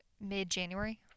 mid-January